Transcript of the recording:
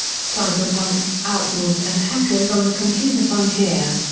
cyberpunk outlaws and hackers on the computer frontier.